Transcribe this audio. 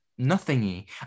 nothingy